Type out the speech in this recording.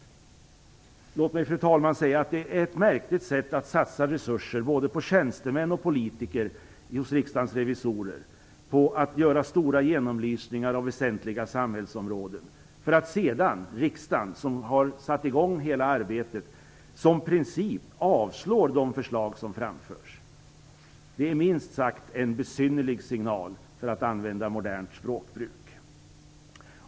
Låt mig säga, fru talman, att det är ett märkligt sätt: att satsa resurser, både tjänstemän och politiker hos Riksdagens revisorer, på att göra stora genomlysningar av väsentliga samhällsområden för att sedan riksdagen, som har satt i gång hela arbetet, som "princip" avslår de förslag som framförs. Det är minst sagt en besynnerlig signal, för att använda modernt språkbruk.